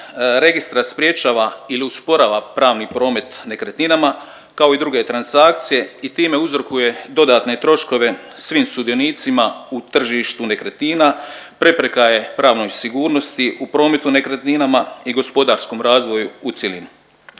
registra sprječava ili usporava pravni promet nekretninama kao i druge transakcije i time uzrokuje dodatne troškove svim sudionicima u tržištu nekretnina prepreka je pravnoj sigurnosti u prometu nekretninama i gospodarskom razvoju u cjelini.